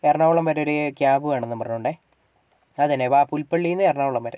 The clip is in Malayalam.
എറണാകുളം വരെ ഒരു ക്യാബ് വേണമെന്ന് പറഞ്ഞോണ്ട് അതെയതെ വാ പുൽപ്പള്ളിയിൽ നിന്ന് എറണാകുളം വരെ